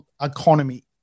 economy